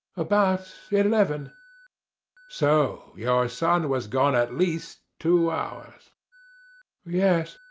about eleven so your ah son was gone at least two hours yes.